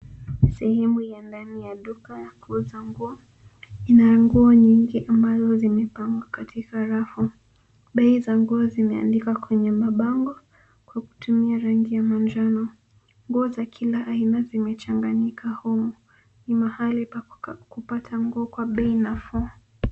Ni sehemu ya ndani ya duka ya kuuza nguo. Ina nguo nyingi ambazo zimepangwa katika rafu. Bei za nguo zimeandikwa kwenye mabango kwa kutumia rangi ya manjano. Nguo za kila aina zimechanganyika humu. Ni mahali pa kupata nguo kwa bei nafuu.